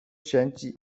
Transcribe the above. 选举